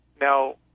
Now